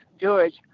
George